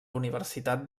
universitat